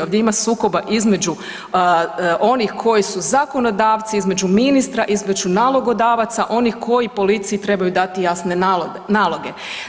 Ovdje ima sukoba između onih koji su zakonodavci, između ministra, između nalogodavaca oni koji policiji trebaju dati jasne naloge.